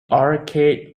arcade